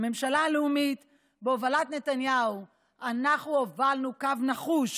בממשלה הלאומית בהובלת נתניהו אנחנו הובלנו קו נחוש